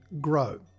grow